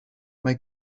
mae